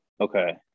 okay